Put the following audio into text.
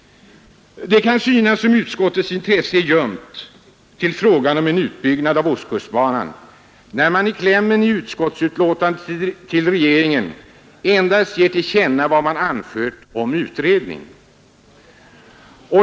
Det kan synas som om utskottets intresse är ljumt i fråga om en utbyggnad av ostkustbanan när man i klämmen i utskottsbetänkandet endast föreslår att riksdagen ger regeringen till känna vad man anfört om utredning.